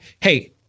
hey